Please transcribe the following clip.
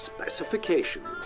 specifications